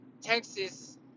texas